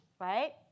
right